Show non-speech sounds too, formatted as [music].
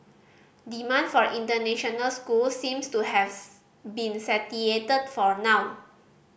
demand for international schools seems to have [unintelligible] been [unintelligible] for now